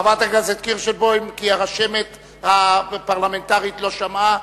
חברת הכנסת קירשנבאום, הרשמת הפרלמנטרית לא שמעה.